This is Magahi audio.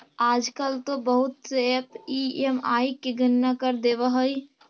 आजकल तो बहुत से ऐपस ई.एम.आई की गणना कर देवअ हई